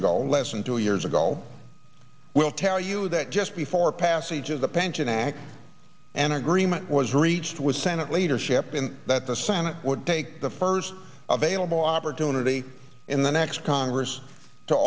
ago less than two years ago will tell you that just before passage of the pension act an agreement was reached with senate leadership in that the senate would take the first available opportunity in the next congress to